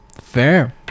Fair